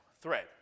thread